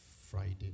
Friday